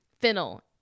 fennel